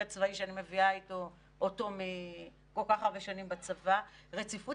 הצבאי שאני מביאה אותו מכל כך הרבה שנים בצבא רציפות